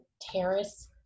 terrace